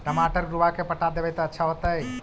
टमाटर के डुबा के पटा देबै त अच्छा होतई?